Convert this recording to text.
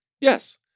Yes